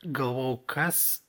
galvojau kas